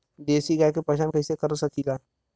देशी गाय के पहचान कइसे कर सकीला?